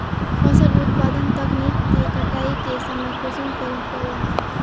फसल उत्पादन तकनीक के कटाई के समय कुंसम करे करूम?